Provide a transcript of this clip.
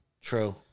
True